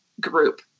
group